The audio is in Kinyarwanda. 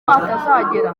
atazagera